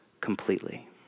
completely